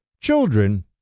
children